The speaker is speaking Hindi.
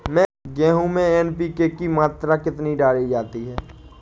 गेहूँ में एन.पी.के की मात्रा कितनी डाली जाती है?